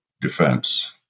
defense